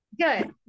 Good